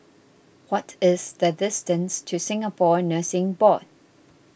what is the distance to Singapore Nursing Board